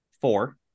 four